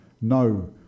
No